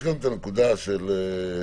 נקודה נוספת: